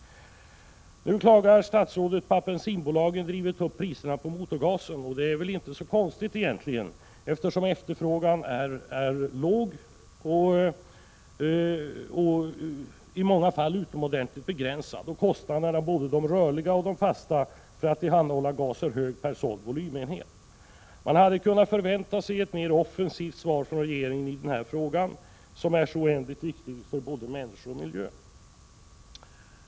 Nu klagar statsrådet på att bensinbolagen har drivit upp priserna på motorgasen. Det är inte så konstigt, eftersom efterfrågan är låg eller utomordentligt begränsad och kostnaderna, både rörliga och fasta, för att tillhandahålla gas är höga per såld volymenhet. Man hade kunnat förvänta sig ett mer offensivt svar från regeringen i denna fråga, som är så oändligt viktig för både människor och miljö.